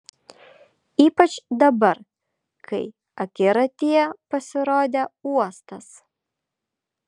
ypač dabar kai akiratyje pasirodė uostas